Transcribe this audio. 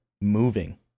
Moving